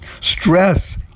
Stress